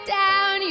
down